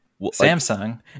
Samsung